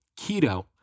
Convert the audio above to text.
keto